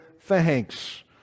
thanks